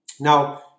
Now